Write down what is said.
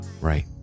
Right